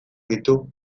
ditu